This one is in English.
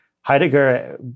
Heidegger